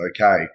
okay